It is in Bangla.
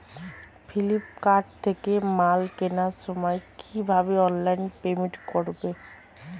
ফ্লিপকার্ট থেকে মাল কেনার সময় কিভাবে অনলাইনে পেমেন্ট করব?